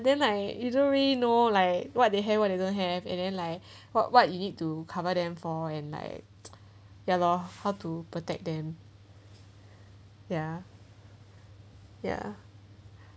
then like you don't really know like what they have what they don't have and then like what what you need to cover them for and like ya lor how to protect them ya ya